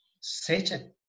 satan